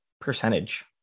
percentage